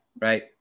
right